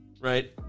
Right